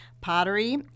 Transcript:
pottery